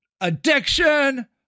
addiction